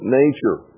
nature